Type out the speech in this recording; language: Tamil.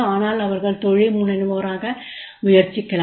ஆனால் அவர்கள் தொழில்முனைவோராக முயற்சிக்கலாம்